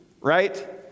right